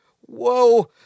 Whoa